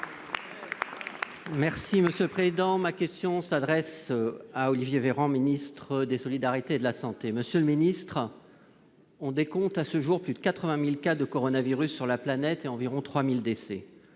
socialiste et républicain. Ma question s'adresse à M. le ministre des solidarités et de la santé. Monsieur le ministre, on décompte à ce jour plus de 80 000 cas de coronavirus sur la planète et environ 3 000 décès.